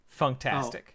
funktastic